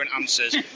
answers